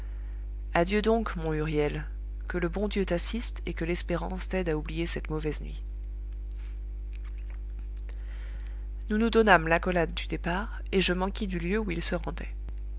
adieu donc mon huriel que le bon dieu t'assiste et que l'espérance t'aide à oublier cette mauvaise nuit nous nous donnâmes l'accolade du départ et je m'enquis du lieu où il se rendait